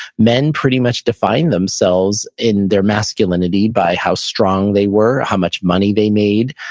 men pretty much defined themselves in their masculinity by how strong they were, how much money they made.